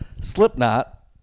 Slipknot